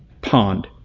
pond